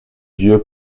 dieu